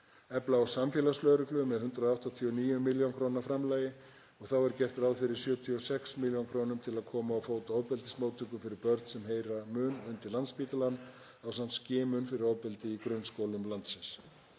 Efla á samfélagslögreglu með 189 millj. kr. framlagi og þá er gert ráð fyrir 76 millj. kr. til að koma á fót ofbeldismóttöku fyrir börn sem heyra mun undir Landspítalann ásamt skimun fyrir ofbeldi í grunnskólum landsins.